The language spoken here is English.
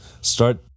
start